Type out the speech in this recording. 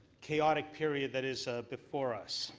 chaotic period that is before us.